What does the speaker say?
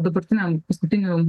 dabartiniam paskutinių